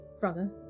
brother